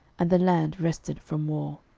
and the land rested from war.